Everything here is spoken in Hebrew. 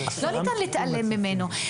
לא ניתן להתעלם ממנו.